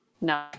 no